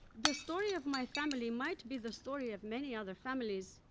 the story of my family might be the story of many other families,